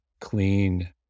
clean